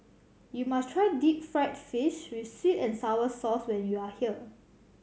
you must try deep fried fish with sweet and sour sauce when you are here